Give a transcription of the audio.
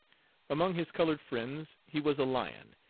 among his colored friends he was a lion,